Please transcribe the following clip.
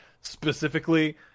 specifically